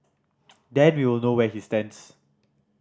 then we will know where he stands